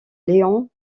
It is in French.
léon